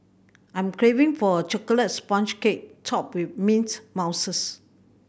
I'm craving for a chocolate sponge cake topped with mint mousses